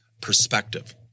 perspective